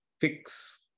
fix